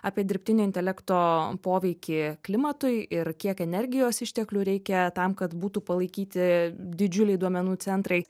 apie dirbtinio intelekto poveikį klimatui ir kiek energijos išteklių reikia tam kad būtų palaikyti didžiuliai duomenų centrai